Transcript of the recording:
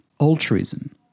altruism